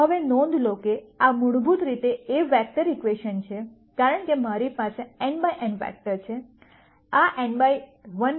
હવે નોંધ લો કે આ મૂળભૂત રીતે A વેક્ટર ઇક્વેશન છે કારણ કે મારી પાસે n બાય n વેક્ટર છે આ n બાય 1 છે